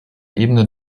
ebene